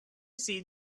see